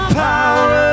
power